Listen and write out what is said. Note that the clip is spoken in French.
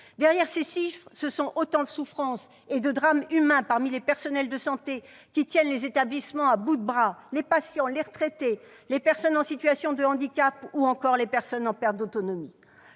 Derrière ces chiffres, ce sont autant de souffrances et de drames humains parmi les personnels de santé, qui tiennent les établissements à bout de bras, les patients, les retraités, les personnes en situation de handicap ou encore les personnes en perte d'autonomie.